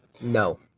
No